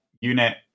unit